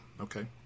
Okay